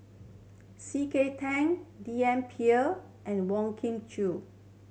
C K Tang D N and Wong Kah Chun